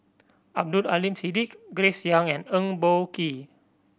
Abdul Aleem Siddique Grace Young and Eng Boh Kee